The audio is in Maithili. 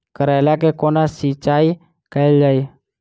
करैला केँ कोना सिचाई कैल जाइ?